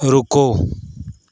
ਰੁਕੋ